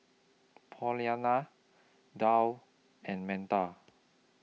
Paulina Dow and Metta